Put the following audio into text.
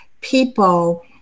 people